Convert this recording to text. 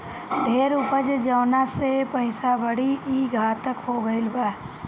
ढेर उपज जवना से पइसा बढ़ी, ई घातक हो गईल बा